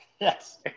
Yes